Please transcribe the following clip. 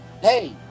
Hey